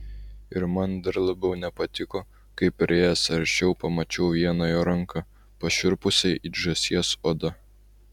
ir man dar labiau nepatiko kai priėjęs arčiau pamačiau vieną jo ranką pašiurpusią it žąsies oda